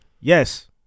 Yes